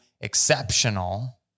exceptional